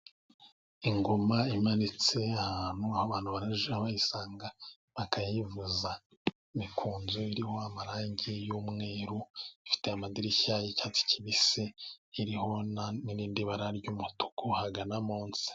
Ingoma imanitse ahantu, abantu barajya bayisanga bakayivuza. Ni ku nzu iriho amarangi y'umweru, ifite amadirishya y'icyatsi kibisi, iriho n'irindi bara ry'umutuku ahagana munsi.